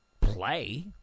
play